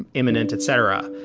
imminent, etc,